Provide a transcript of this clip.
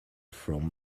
from